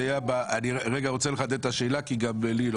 אני רוצה לחדד את השאלה כי גם לי היא